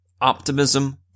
optimism